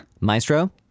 Maestro